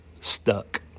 stuck